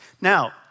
Now